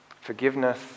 Forgiveness